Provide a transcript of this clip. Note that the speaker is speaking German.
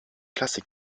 klassik